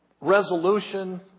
resolution